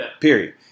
Period